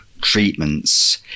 treatments